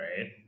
right